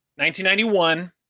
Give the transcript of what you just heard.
1991